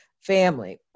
family